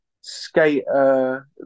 skater